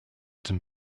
them